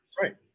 right